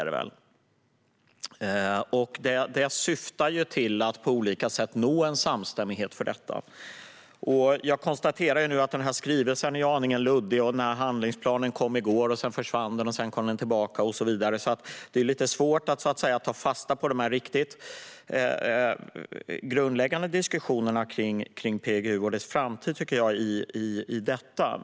Det här ärendet syftar ju till att på olika sätt nå en samstämmighet när det gäller detta. Jag konstaterar att skrivelsen är aningen luddig. Handlingsplanen kom först i går, och sedan försvann den för att sedan komma tillbaka. Det är lite svårt att ta fasta på de grundläggande diskussionerna om PGU och dess framtid i detta.